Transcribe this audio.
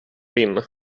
min